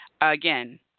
Again